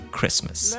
Christmas